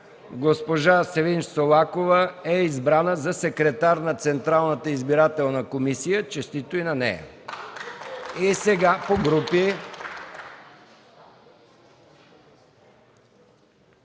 Госпожа Севинч Солакова е избрана за секретар на Централната избирателна комисия. Честито и на нея! (Ръкопляскания